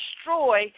destroy